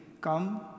come